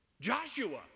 Joshua